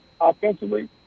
offensively